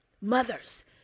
Mothers